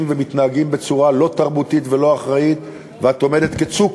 ומתנהגים בצורה לא תרבותית ולא אחראית ואת עומדת כצוק.